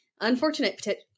unfortunate